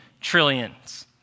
trillions